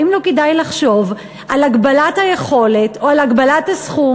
האם לא כדאי לחשוב על הגבלת היכולת או על הגבלת הסכום